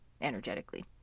energetically